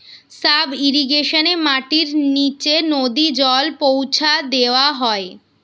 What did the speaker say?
sub ইর্রিগেশনে মাটির নিচে নদী জল পৌঁছা দেওয়া হয়